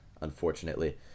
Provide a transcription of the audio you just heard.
Unfortunately